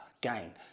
gain